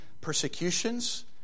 persecutions